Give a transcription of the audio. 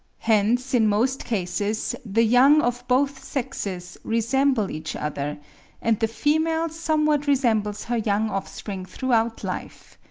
hence in most cases the young of both sexes resemble each other and the female somewhat resembles her young offspring throughout life.